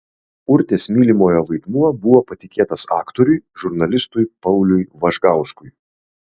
urtės mylimojo vaidmuo buvo patikėtas aktoriui žurnalistui pauliui važgauskui